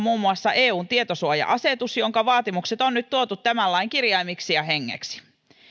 muun muassa eun tietosuoja asetus jonka vaatimukset on nyt tuotu tämän lain kirjaimeksi ja hengeksi